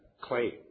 claim